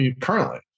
currently